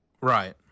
Right